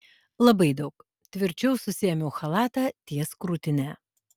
labai daug tvirčiau susiėmiau chalatą ties krūtine